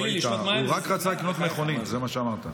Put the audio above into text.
היית: הוא רק רצה לקנות מכונית, זה מה שאמרת.